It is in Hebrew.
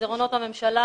במסדרונות הממשלה,